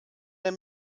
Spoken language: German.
der